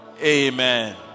amen